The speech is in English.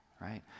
right